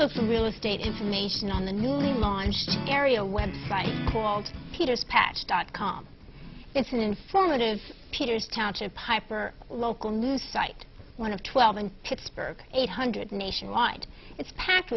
the real estate information on the newly launched area web site called peter's patch dot com it's an informative peters township hyper local news site one of twelve in pittsburgh eight hundred nationwide it's packed